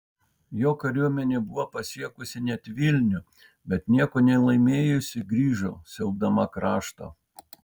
jo kariuomenė buvo pasiekusi net vilnių bet nieko nelaimėjusi grįžo siaubdama kraštą